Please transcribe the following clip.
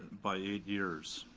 by eight years.